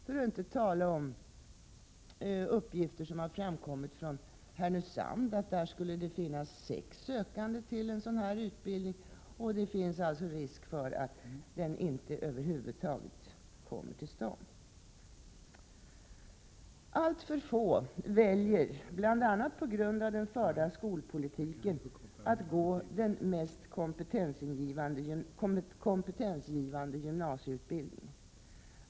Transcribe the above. Vidare har från Härnösand kommit uppgifter om att där skulle finnas 6 sökande till en sådan utbildning. Det finns alltså risk att den över huvud taget inte kommer till stånd. Alltför få väljer, bl.a. på grund av den förda skolpolitiken, att gå den mest kompetensgivande gymnasieutbildningen.